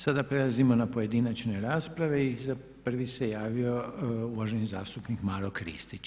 Sada prelazimo na pojedinačne rasprave i prvi se javio uvaženi zastupnik Maro Kristić.